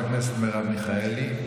חברת הכנסת מרב מיכאלי.